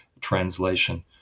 translation